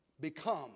become